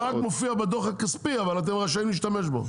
זה רק מופיע בדוח הכספי אבל אתם רשאים להשתמש בו.